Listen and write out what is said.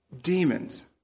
Demons